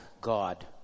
God